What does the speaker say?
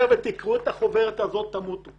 חבר'ה תקראו את החוברת הזאת תמותו.